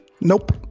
nope